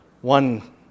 One